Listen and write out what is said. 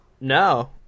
no